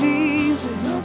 Jesus